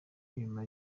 nyuma